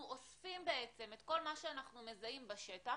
אוספים את כול מה שאנחנו מזהים בשטח,